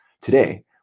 Today